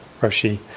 Roshi